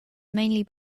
mainly